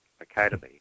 Academy